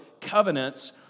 covenants